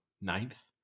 ninth